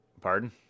Pardon